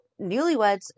newlyweds